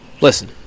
Listen